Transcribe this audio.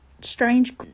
strange